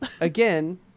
Again